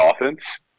offense